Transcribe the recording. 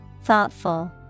Thoughtful